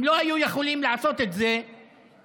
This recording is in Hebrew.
הם לא היו יכולים לעשות את זה לבד,